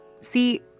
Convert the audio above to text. See